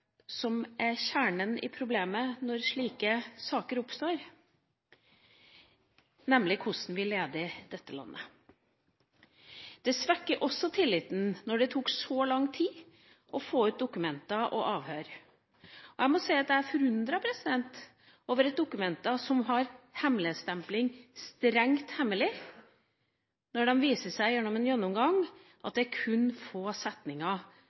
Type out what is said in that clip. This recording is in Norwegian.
som er kjernen i problemet når slike saker oppstår, nemlig hvordan vi leder dette landet. Det svekker også tilliten når det tok så lang tid å få ut dokumenter og avhør. Jeg må si at jeg er forundret over at dokumenter har hemmelighetsstempling «strengt hemmelig», og det viser seg at det kun er få setninger